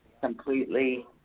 completely